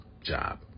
job